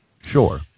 sure